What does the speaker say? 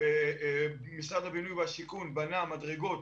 משרד הבינוי והשיכון בנה מדרגות